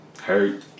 Hurt